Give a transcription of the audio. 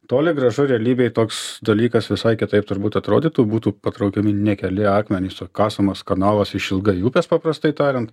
toli gražu realybėj toks dalykas visai kitaip turbūt atrodytų būtų patraukiami ne keli akmenys o kasamas kanalas išilgai upės paprastai tariant